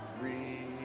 we